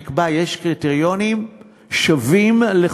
ולא נקבעו קריטריונים שוויוניים.